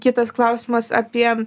kitas klausimas apie